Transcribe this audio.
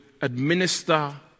administer